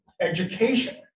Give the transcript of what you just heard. education